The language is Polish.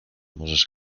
możesz